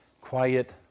quiet